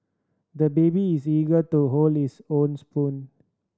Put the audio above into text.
the baby is eager to hold his own spoon